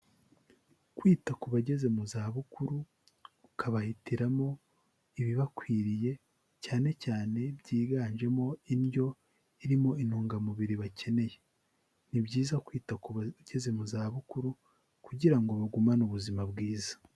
Kwita ku bageze mu za bukuru ukabahitiramo ibibakwiriye cyane cyane byiganjemo indyo irimo intungamubiri bakeneye, ni byiza kwita ku bageze mu za bukuru kugira ngo bagumane ubuzima bwiza.